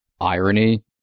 irony